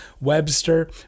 Webster